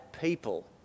people